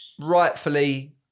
rightfully